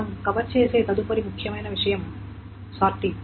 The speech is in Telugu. మనం కవర్ చేసే తదుపరి ముఖ్యమైన విషయం సార్టింగ్